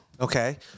Okay